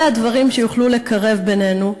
אלה הדברים שיוכלו לקרב בינינו,